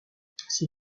ses